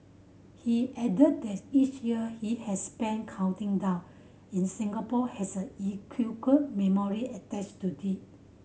he added that each year he has spent counting down in Singapore has a memory attached to it